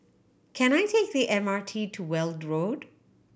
can I take the M R T to Weld Road